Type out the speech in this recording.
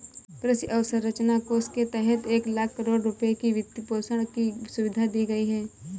कृषि अवसंरचना कोष के तहत एक लाख करोड़ रुपए की वित्तपोषण की सुविधा दी गई है